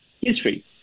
history